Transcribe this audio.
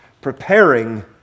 preparing